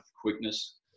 quickness